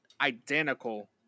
identical